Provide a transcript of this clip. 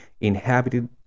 inhabited